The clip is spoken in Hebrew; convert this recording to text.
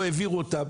לא העבירו אותם.